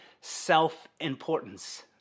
self-importance